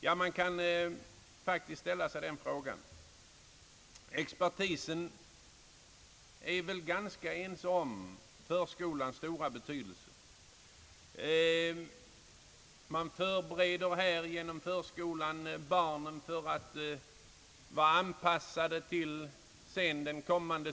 Ja, man kan faktiskt ställa sig den frågan. Expertisen är väl ganska ense om förskolans stora betydelse. Barnen anpassas genom förskolan till det kommande grupparbetet i grundskolan.